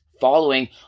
following